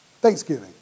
Thanksgiving